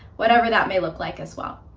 whatever that may look like as well.